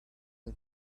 and